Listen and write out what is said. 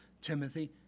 Timothy